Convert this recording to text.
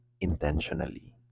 intentionally